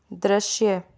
दृश्य